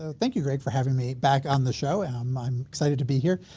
ah thank you! great for having me back on the show and um i'm excited to be here.